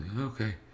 okay